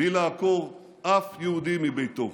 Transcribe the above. בלי לעקור אף יהודי מביתו.